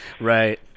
Right